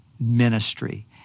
ministry